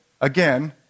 Again